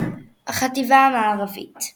החטיבה המערבית ונקובר,